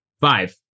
Five